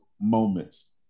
moments